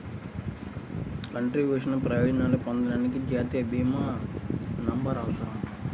కంట్రిబ్యూషన్లకు ప్రయోజనాలను పొందడానికి, జాతీయ భీమా నంబర్అవసరం